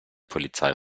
polizei